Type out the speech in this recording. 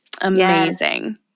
Amazing